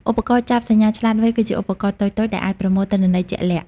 ឧបករណ៍ចាប់សញ្ញាឆ្លាតវៃគឺជាឧបករណ៍តូចៗដែលអាចប្រមូលទិន្នន័យជាក់លាក់។